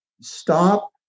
stop